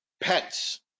Pets